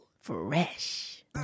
Fresh